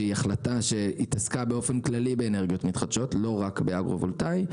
שהיא החלטה שהתעסקה באנרגיות מתחדשות באופן כללי; לא רק באגרו וולטאי,